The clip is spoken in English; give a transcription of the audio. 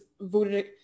voted